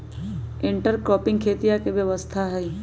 intercropping खेतीया के व्यवस्था हई